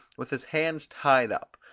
with his hands tied up,